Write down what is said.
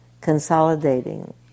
consolidating